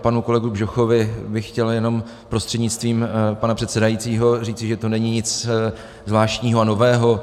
Panu kolegovi Bžochovi bych chtěl jenom prostřednictvím pana předsedajícího říct, že to není nic zvláštního a nového.